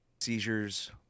Seizures